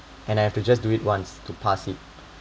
and I have to just do it once to pass it